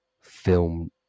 film